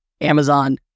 Amazon